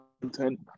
content